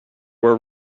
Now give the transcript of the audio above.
were